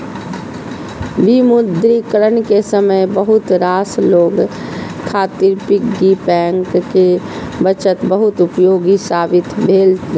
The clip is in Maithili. विमुद्रीकरण के समय बहुत रास लोग खातिर पिग्गी बैंक के बचत बहुत उपयोगी साबित भेल रहै